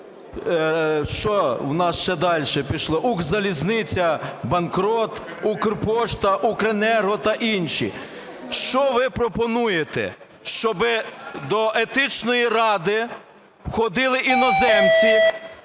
Що у нас ще далі пішло? Укрзалізниця - банкрот, Укрпошта, Укренерго та інші. Що ви пропонуєте, щоб до Етичної ради ходили іноземці,